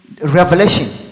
revelation